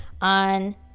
on